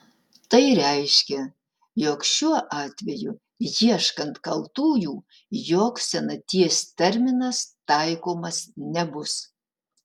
tai reiškia jog šiuo atveju ieškant kaltųjų joks senaties terminas taikomas nebus